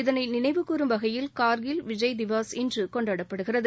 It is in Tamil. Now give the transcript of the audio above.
இதனை நினைவுக்கூறும் வகையில் கார்கில் விஜய் திவாஸ் இன்று கொண்டாடப்படுகிறது